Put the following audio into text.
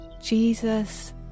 Jesus